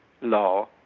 law